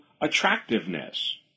attractiveness